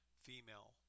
female